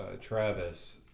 Travis